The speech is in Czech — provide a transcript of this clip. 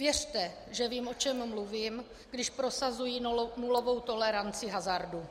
Věřte, že vím, o čem mluvím, když prosazuji nulovou toleranci hazardu.